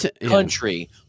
country